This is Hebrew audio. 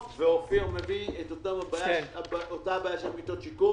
ואופיר כץ מביא את אותה בעיה של מיטות שיקום.